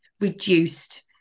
reduced